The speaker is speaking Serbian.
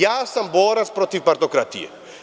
Ja sam borac protiv partokratije.